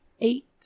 Eight